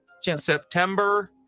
September